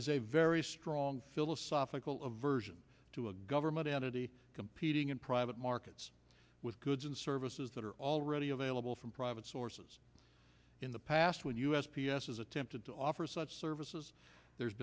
is a very strong philosophical a version to a government entity competing in private markets with goods and services that are already available from private sources in the past when u s p s has attempted to offer such services there's